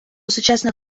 сучасних